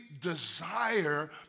desire